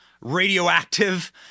radioactive